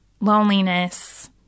loneliness